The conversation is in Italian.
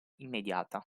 immediata